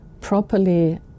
properly